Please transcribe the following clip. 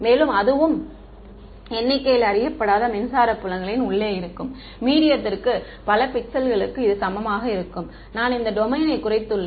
மேலும் அதுவும் எண்ணிக்கையில் அறியப்படாத மின்சார புலங்களின் உள்ளே இருக்கும் மீடியத்திற்கு பல பிக்சல்களுக்கு இது சமமாக இருக்கும் நான் இந்த டொமைனை குறைத்துள்ளேன்